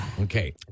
Okay